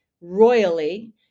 royally